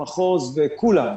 המחוז וכולם.